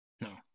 No